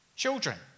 children